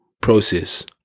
process